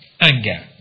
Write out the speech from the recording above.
anger